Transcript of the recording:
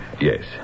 Yes